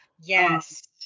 Yes